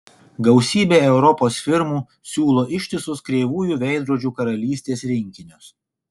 gausybė europos firmų siūlo ištisus kreivųjų veidrodžių karalystės rinkinius